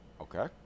Okay